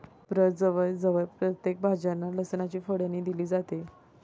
प्रजवळ जवळ प्रत्येक भाज्यांना लसणाची फोडणी दिली जाते